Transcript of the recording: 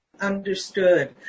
understood